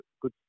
Good